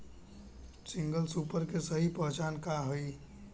Single super के सही पहचान का हई?